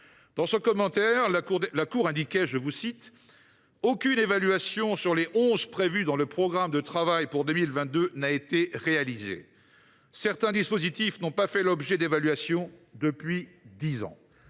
Dans son commentaire, la Cour indiquait :« Aucune évaluation sur les onze prévues dans le programme de travail pour 2022 n’a été réalisée. Certains dispositifs […] n’ont en outre pas fait l’objet d’évaluation depuis dix ans. »